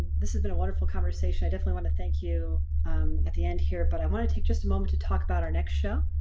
this has been a wonderful conversation i definitely want to thank you at the end here but i want to take just a moment to talk about our next show.